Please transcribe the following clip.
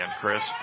Chris